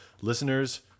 Listeners